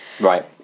Right